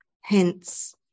Hence